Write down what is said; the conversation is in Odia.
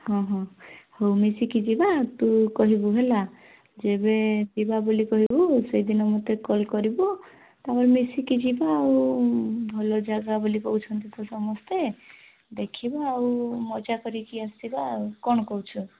ହଁ ହଁ ହଉ ମିଶିକି ଯିବା ତୁ କହିବୁ ହେଲା ଯେବେ ଯିବା ବୋଲି କହିବୁ ସେଦିନ ମୋତେ କଲ୍ କରିବୁ ତାପରେ ମିଶିକି ଯିବା ଆଉ ଭଲ ଜାଗା ବୋଲି କହୁଛନ୍ତି ତ ସମସ୍ତେ ଦେଖିବା ଆଉ ମଜା କରିକି ଆସିବା ଆଉ କ'ଣ କହୁଛୁ